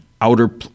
outer